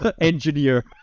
engineer